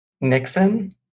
Nixon